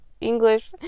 English